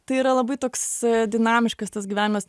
tai yra labai toks dinamiškas tas gyvenimas